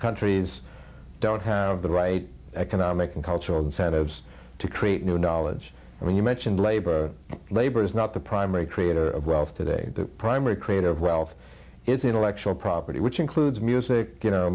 countries don't have the right economic and cultural incentives to create new knowledge i mean you mentioned labor labor is not the primary create a rough today the primary creator of wealth it's intellectual property which includes music you know